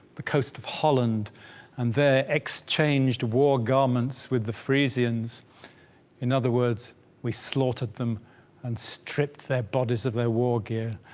the coast of holland and there exchanged war garments with the friesians' in other words we slaughtered them and stripped their bodies their war gear,